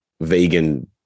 vegan